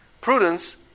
Prudence